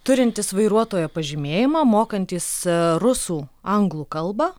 turintis vairuotojo pažymėjimą mokantys rusų anglų kalbą